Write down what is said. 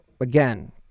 again